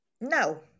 No